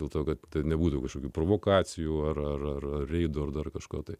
dėl to kad nebūtų kažkokių provokacijų ar reidų ir dar kažko tai